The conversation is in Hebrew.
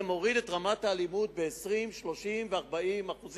זה מוריד את רמת האלימות ב-20%, 30% ו-40%,